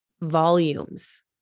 volumes